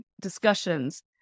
discussions